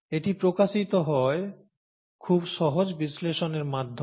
এটি প্রকাশিত হয় খুব সহজ বিশ্লেষণের মাধ্যমে